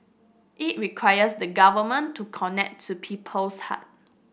it requires the Government to connect to people's hearts